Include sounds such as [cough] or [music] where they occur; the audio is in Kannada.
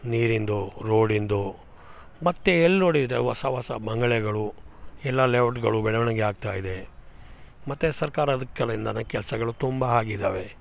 ನೀರಿಂದು ರೋಡಿಂದು ಮತ್ತು ಎಲ್ಲಿನೋಡಿದ್ರೆ ಹೊಸ ಹೊಸ ಬಂಗ್ಲೆಗಳು ಎಲ್ಲ ಲೇಔಟ್ಗಳು ಬೆಳವಣಿಗೆ ಆಗ್ತಾಯಿದೆ ಮತ್ತು ಸರ್ಕಾರ ಅದಕ್ಕೆಲ್ಲ [unintelligible] ಕೆಲಸಗಳು ತುಂಬ ಆಗಿದಾವೆ